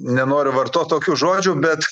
nenoriu vartot tokių žodžių bet